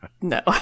No